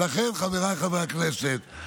חבריי חברי הכנסת,